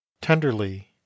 tenderly